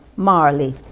Marley